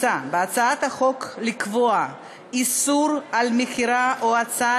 בהצעת החוק מוצע לקבוע איסור על מכירה או הצעה